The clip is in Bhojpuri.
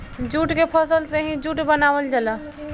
जूट के फसल से ही जूट बनावल जाला